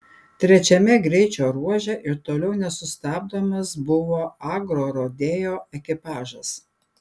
trečiame greičio ruože ir toliau nesustabdomas buvo agrorodeo ekipažas